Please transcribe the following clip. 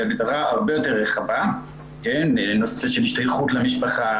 היא הגדרה הרבה יותר רחבה - נושא של השתייכות למשפחה,